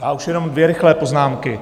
Já už jenom dvě rychlé poznámky.